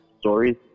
Stories